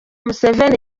museveni